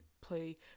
play